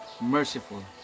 merciful